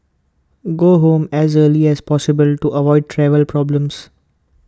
go home as early as possible to avoid travel problems